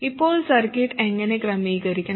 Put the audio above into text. ഇപ്പോൾ സർക്യൂട്ട് എങ്ങനെ ക്രമീകരിക്കണം